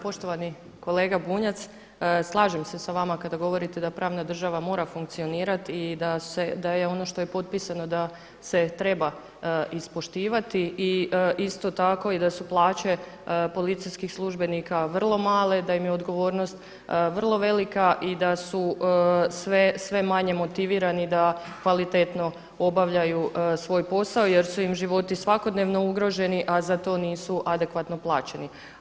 Pa poštovani kolega Bunjac, slažem se s vama kada govorite da pravna država mora funkcionirati i da je ono što je potpisano da se treba ispoštivati i isto tako i da su plaće policijskih službenika vrlo male, da im je odgovornost vrlo velika i da su sve manje motivirani da kvalitetno obavljaju svoj posao jer su im životi svakodnevno ugroženi, a za to nisu adekvatno plaćeni.